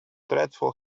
dreadful